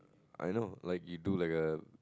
I know like you do like a